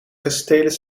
kastelen